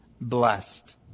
Blessed